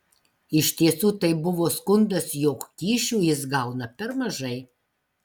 iš tiesų tai buvo skundas jog kyšių jis gauna per mažai